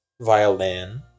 violin